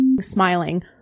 smiling